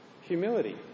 Humility